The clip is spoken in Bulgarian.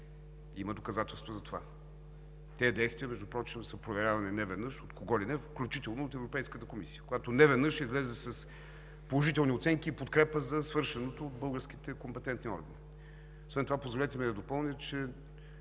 Има доказателство за това. Тези действия са проверявани неведнъж от кого ли не, включително от Европейската комисия, която неведнъж излезе с положителни оценки и подкрепа за свършеното от българските компетентни органи. Освен това, позволете ми да допълня, че